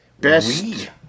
best